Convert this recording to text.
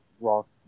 Ross